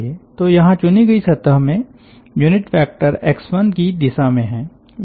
तो यहां चुनी गई सतह में यूनिट वेक्टर एक्स1 की दिशा में है